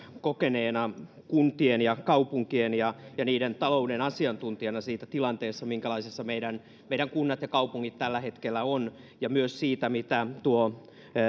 kokeneena kuntien ja kaupunkien ja niiden talouden asiantuntijana hyvän puheenvuoron siitä minkälaisessa tilanteessa meidän kunnat ja kaupungit tällä hetkellä ovat ja myös siitä mitä tuo